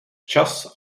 čas